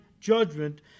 judgment